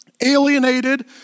alienated